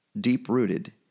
deep-rooted